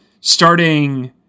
starting –